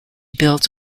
built